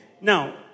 Now